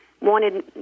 wanted